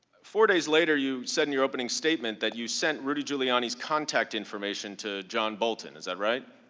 four days later you said in your opening statement that you sent rudy giuliani's contact information to john bolton. is that right?